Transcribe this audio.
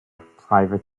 private